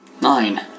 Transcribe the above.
Nine